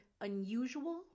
unusual